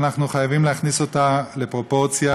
ואנחנו חייבים להכניס אותה לפרופורציה.